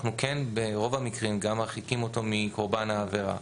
אנחנו כן ברוב המקרים גם מרחיקים אותו מקורבן העבירה.